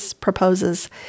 proposes